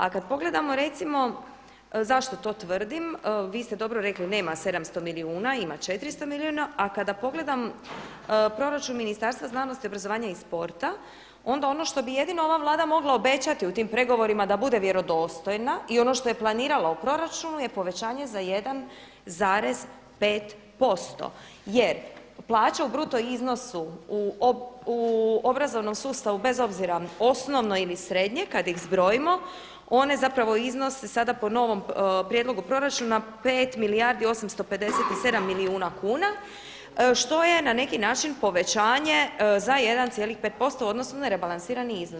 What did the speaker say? A kada pogledamo recimo zašto to tvrdim, vi ste dobro rekli nema 700 milijuna, ima 400 milijuna a kada pogledam proračun Ministarstva znanosti, obrazovanja i sporta onda ono što bi jedino ova Vlada mogla obećati u tim pregovorima da bude vjerodostojna i ono što je planirala u proračunu je povećanje za 1,5% jer plaća u bruto iznosu u obrazovnom sustavu bez obzira osnovno ili srednje kada iz zbrojimo one zapravo iznose sada po novom prijedlogu proračuna 5 milijardi 857 milijuna kuna što je na neki način povećanje za 1,5% u odnosu na rebalansirani iznos.